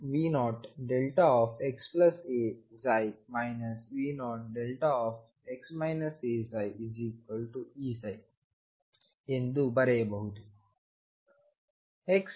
ಆದ್ದರಿಂದ ಶ್ರೋಡಿಂಗರ್ ಸಮೀಕರಣವನ್ನು 22md2dx2 V0xaψ V0x aψEψ ಎಂದು ಬರೆಯಬಹುದು